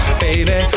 baby